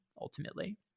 ultimately